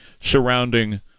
surrounding